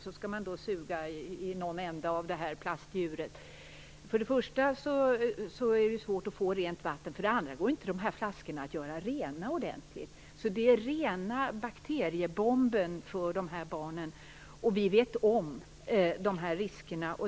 Man skall då suga i någon ända av plastdjuret. För det första är det svårt att få rent vatten, för det andra går det inte att göra flaskorna rena ordentligt. De är rena bakteriebomben för barnen. Vi är medvetna om dessa risker.